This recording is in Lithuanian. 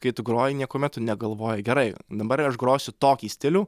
kai tu groji niekuomet tu negalvoji gerai dabar aš grosiu tokį stilių